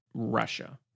russia